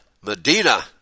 Medina